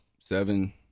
seven